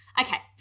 okay